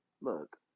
look